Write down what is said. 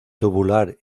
tubular